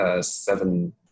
seven